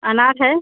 अनार है